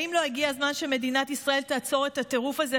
האם לא הגיע הזמן שמדינת ישראל תעצור את הטירוף הזה,